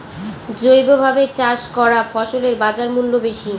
জৈবভাবে চাষ করা ফসলের বাজারমূল্য বেশি